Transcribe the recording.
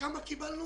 כמה מזה קיבלנו?